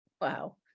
Wow